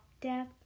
death